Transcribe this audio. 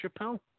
Chappelle